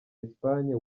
espagne